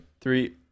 three